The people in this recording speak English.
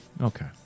Okay